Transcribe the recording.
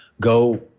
go